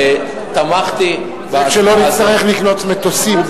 תמכתי בהצעה הזאת, זה כשלא נצטרך לקנות מטוסים.